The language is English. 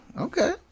okay